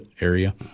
area